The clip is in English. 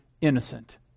innocent